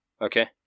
Okay